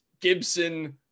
Gibson